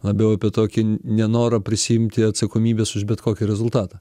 labiau apie tokį nenorą prisiimti atsakomybės už bet kokį rezultatą